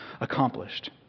accomplished